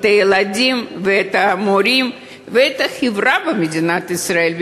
את הילדים ואת המורים ואת החברה במדינת ישראל,